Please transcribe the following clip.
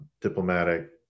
diplomatic